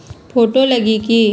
Photo लगी कि?